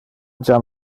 jam